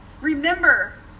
Remember